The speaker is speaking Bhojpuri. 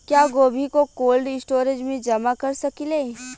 क्या गोभी को कोल्ड स्टोरेज में जमा कर सकिले?